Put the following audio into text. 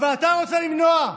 הוועדה רוצה למנוע,